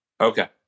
Okay